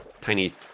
tiny